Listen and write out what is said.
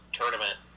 tournament